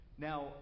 Now